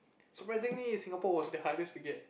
surprising Singapore was the hardest to get